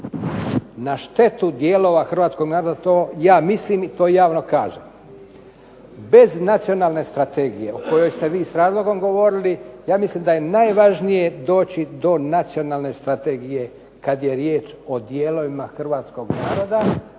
na štetu dijelova hrvatskog naroda, to ja mislim i to javno kažem, bez nacionalne strategije o kojoj ste vi s razlogom govorili, ja mislim da je najvažnije doći do nacionalne strategije kad je riječ o dijelovima hrvatskog naroda,